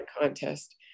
contest